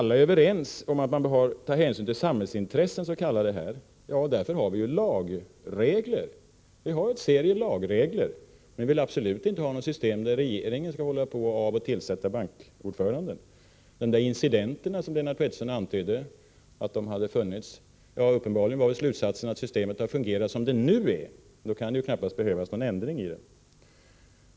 Alla är överens om att man bör ta hänsyn till de s.k. samhällsintressena. Det är ju därför vi har lagregler. Vi har en serie lagregler, men vi vill absolut inte ha ett system där regeringen skall avoch tillsätta bankordförande. Lennart Pettersson antydde att det förekommit incidenter. Ja, uppenbarligen blir slutsatsen att systemet har fungerat som det är nu, och då kan det ju knappast behövas någon ändring i det.